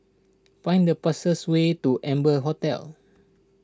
find the fastest way to Amber Hotel